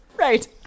right